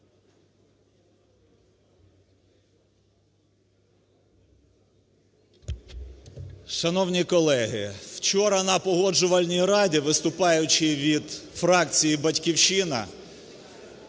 Шановні колеги! Вчора на Погоджувальній раді, виступаючи від фракції "Батьківщина",